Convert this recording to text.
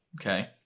Okay